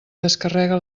descarrega